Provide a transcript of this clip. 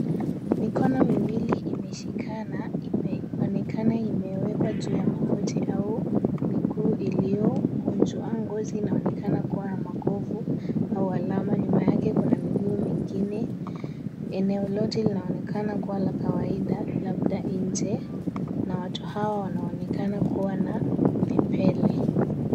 Mikono miwili imeshikana. Imeonekana imewekwa juu ya magoti au miguu iliyokunjwa. Ngozi inaonekana kuwa na makovu au alama. Nyuma yake kuna miguu mingine. Eneo lote linaonekana kuwa la kawaida labda nje na watu hawa wanaonekana kuwa na vipele.